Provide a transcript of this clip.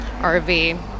RV